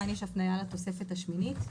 כאן יש הפניה לתוספת השמינית.